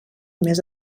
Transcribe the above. més